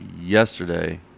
Yesterday